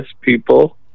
people